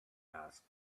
asked